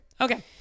Okay